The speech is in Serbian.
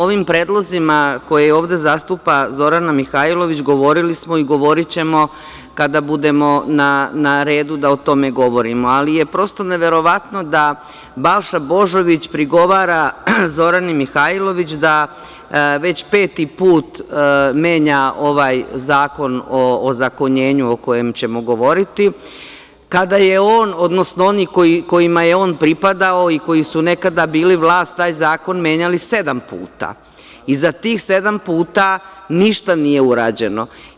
O ovim predlozima koje ovde zastupa Zorana Mihajlović, govorili smo i govorićemo kada budemo na redu da o tome govorimo, ali je prosto neverovatno da Balša Božović prigovara Zorani Mihajlović, da već peti put menja ovaj zakon o ozakonjenju o kojem ćemo govoriti, kada je on, odnosno oni kojima je pripadao, nekada bili vlast, taj zakon menjali sedam puta i za tih sedam puta ništa nije urađeno.